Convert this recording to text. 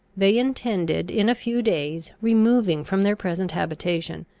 they intended in a few days removing from their present habitation,